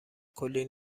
کلی